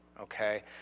okay